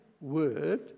word